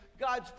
God's